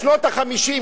בשנות ה-50,